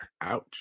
Ouch